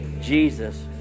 Jesus